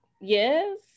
yes